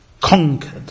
conquered